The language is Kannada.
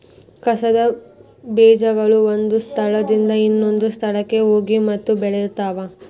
ಕಸದ ಬೇಜಗಳು ಒಂದ ಸ್ಥಳದಿಂದ ಇನ್ನೊಂದ ಸ್ಥಳಕ್ಕ ಹೋಗಿ ಮತ್ತ ಬೆಳಿತಾವ